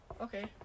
Okay